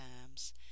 times